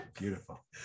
beautiful